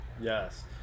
Yes